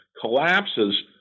collapses